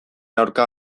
aurka